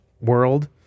world